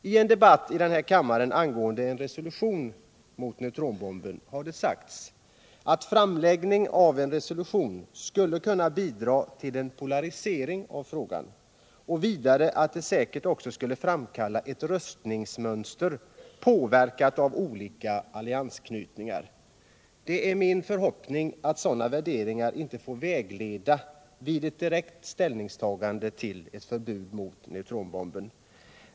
I en debatt här i kammaren angående en resolution mot neutronbomben har det sagts att framläggandet av en resolution skulle kunna bidra till en polarisering av frågan och vidare att det säkert också skulle framkalla ett röstningsmönster påverkat av olika alliansknytningar. Det är min förhoppning att sådana värderingar inte får vara vägledande vid ett direkt ställningstagande till förbud mot neutronbomben.